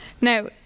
Now